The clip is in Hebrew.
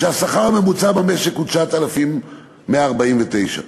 כשהשכר הממוצע במשק הוא 9,149 ש"ח.